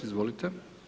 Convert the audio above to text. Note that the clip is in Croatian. Izvolite.